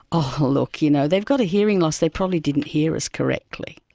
oh, look, you know they've got a hearing loss, they probably didn't hear us correctly.